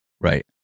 Right